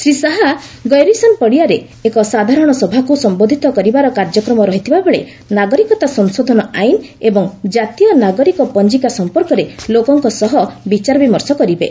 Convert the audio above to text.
Shri Shah garrison ପଡ଼ିଆରେ ଏକ ସାଧାରଣ ସଭାକୁ ସମ୍ବୋଧୂତ କରିବାର କାର୍ଯ୍ୟକ୍ରମ ରହିଥିବାବେଳେ ନାଗରିକତା ସଂଶୋଧନ ଆଇନ ଏବଂ ଜାତୀୟ ନାଗରିକ ପଞ୍ଜିକା ସଫପର୍କରେ ଲୋକଙ୍କ ସହ ବିଚାରବିମର୍ଶ କରିବେ